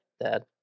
Dad